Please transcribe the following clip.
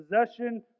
possession